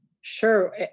Sure